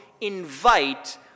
invite